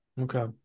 Okay